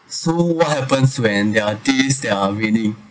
so what happens when there are days that are raining